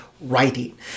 writing